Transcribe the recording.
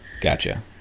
Gotcha